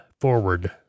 forward